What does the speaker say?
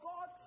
God